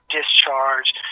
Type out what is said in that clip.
Discharged